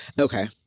Okay